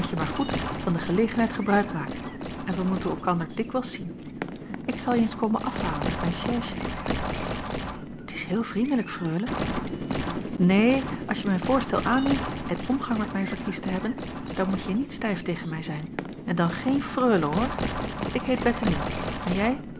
maar goed van de gelegenheid gebruik maken en wij moeten elkander dikwijls zien ik zal je eens komen afhalen met mijn chaisje t is heel vriendelijk freule neen als je mijn voorstel aanneemt en omgang met mij verkiest te hebben dan moet je niet stijf tegen mij zijn en dan geen freule hoor ik heet bettemie en jij